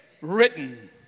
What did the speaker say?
written